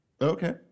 Okay